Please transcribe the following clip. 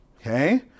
Okay